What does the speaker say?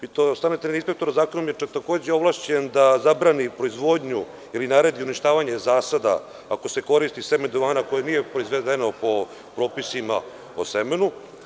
Fitosanitarni inspektor zakonom je čak takođe ovlašćen da zabrani proizvodnju ili naredi uništavanje zasada ako se koristi seme duvana koje nije proizvedeno po propisima o semenu.